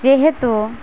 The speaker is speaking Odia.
ଯେହେତୁ